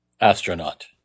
astronaut